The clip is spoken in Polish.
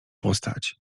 postać